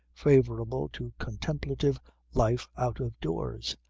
favourable to contemplative life out of doors.